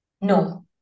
No